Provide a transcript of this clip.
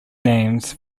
names